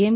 એમ